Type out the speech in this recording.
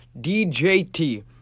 DJT